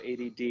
add